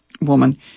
woman